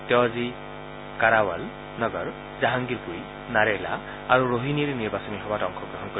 তেওঁ আজি কাৰাৱাল নগৰ জাহাংগীৰপুৰী নাৰেলা আৰু ৰোহিণীত নিৰ্বাচনী সভাত অংশগ্ৰহণ কৰিব